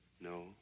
No